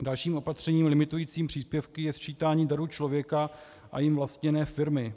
Dalším opatřením limitujícím příspěvky je sčítání daru člověka a jím vlastněné firmy.